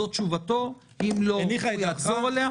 זו תשובתו; אם לא הוא יחזור עליה.